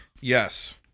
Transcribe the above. Yes